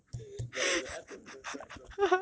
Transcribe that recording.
where is the atom where's the atom